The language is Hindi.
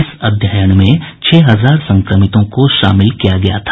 इस अध्ययन में छह हजार संक्रमितों को शामिल किया गया था